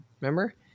Remember